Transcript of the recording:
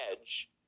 edge